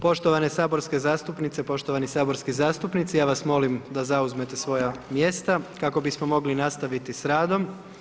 Poštovane saborske zastupnice, poštovani saborski zastupnici, ja vas molim da zauzmete svoje mjesta kako bismo mogli nastavit s radom.